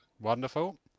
Wonderful